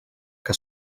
que